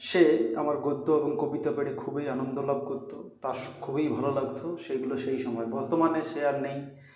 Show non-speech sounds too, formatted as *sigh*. সে আমার গদ্য এবং কবিতা পড়ে খুবই আনন্দ লাভ করতো তার *unintelligible* খুবই ভালো লাগতো সেগুলো সেই সময় বর্তমানে সে আর নেই